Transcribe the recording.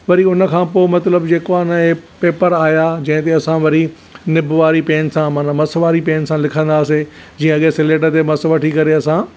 वरी उनखां पोइ मतिलबु जेको आहे उनजे पेपर आहिया जंहिंते असां वरी निब् वारी पैन सां माना मसु वारी पैन सां लिखंदाहासीं जीअं अॻे स्लेट ते मसु वठी करे असां